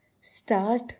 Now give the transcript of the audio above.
Start